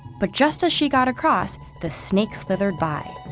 but just as she got across, the snake slithered by.